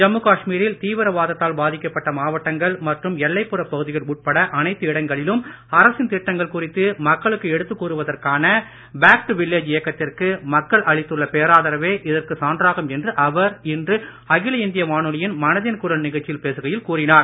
ஜம்மு காஷ்மீரில் தீவிரவாதத்தால் பாதிக்கப்பட்ட மாவட்டங்கள் மற்றும் எல்லைப்புற பகுதிகள் உட்பட அனைத்து இடங்களிலும் அரசின் திட்டங்கள் குறித்து மக்களுக்கு எடுத்து கூறுவதற்கான பேக் டு வில்லேஜ் இயக்கத்திற்கு மக்கள் அளித்துள்ள பேராதரவே இதற்குச் சான்றாகும் என்று அவர் இன்று அகில இந்திய வானொலியின் மனதின் குரல் நிகழ்ச்சியில் பேசுகையில் கூறினார்